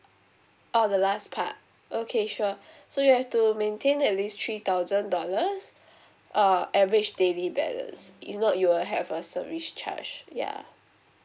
oh the last part okay sure so you have to maintain at least three thousand dollars uh average daily balance if not you will have a service charge ya